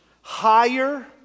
higher